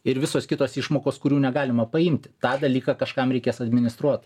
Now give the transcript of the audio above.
ir visos kitos išmokos kurių negalima paimti tą dalyką kažkam reikės administruot